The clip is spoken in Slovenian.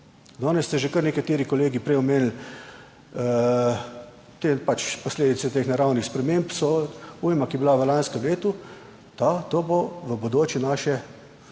Danes ste že kar nekateri kolegi prej omenili, te pač posledice teh naravnih sprememb so ujma, ki je bila v lanskem letu, to bo v bodoče naše